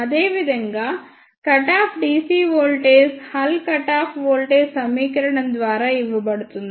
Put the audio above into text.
అదే విధంగా cut off dc voltage హల్ కట్ ఆఫ్ వోల్టేజ్ సమీకరణం ద్వారా ఇవ్వబడుతుంది